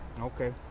Okay